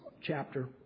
chapter